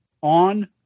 on